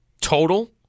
Total